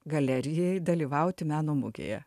galerijai dalyvauti meno mugėje